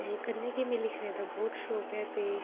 एह्दे कन्नै गै मिगी लिखने दा बहुत शौक ऐ